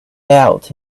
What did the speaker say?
out